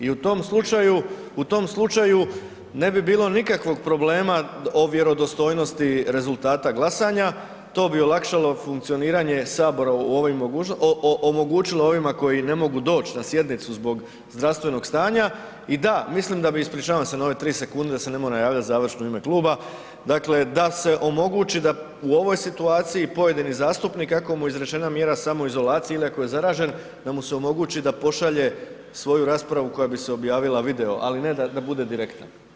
I u tom slučaju, u tom slučaju ne bi bilo nikakvog problema o vjerodostojnosti rezultata glasanja, to bi olakšalo funkcioniranje Sabora u ovim, omogućilo ovima koji ne mogu doći na sjednicu zbog zdravstvenog stanja i da, mislim da bi, ispričavam se na ove 3 sekunde, da se ne moram javljati završno u ime kluba, dakle da se omogući da u ovoj situaciji pojedini zastupnik, ako mu je izrečena mjera samoizolacije ili ako je zaražen, da mu se omogući da pošalje svoju raspravu koja bi se objavila video, ali ne da bude direktan.